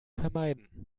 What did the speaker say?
vermeiden